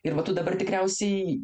ir va tu dabar tikriausiai